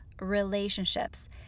relationships